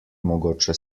mogoče